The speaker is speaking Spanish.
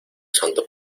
santo